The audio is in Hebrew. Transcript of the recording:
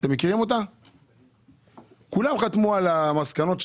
שכולם חתמו על המסקנות שלה,